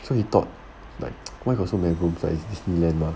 so he thought like where got so many groups like disneyland mah